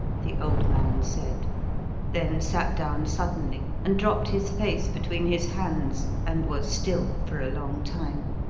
the old man said then sat down suddenly and dropped his face between his hands and was still for a long time.